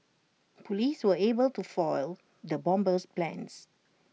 Police were able to foil the bomber's plans